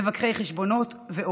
מבקרי חשבונות ועוד.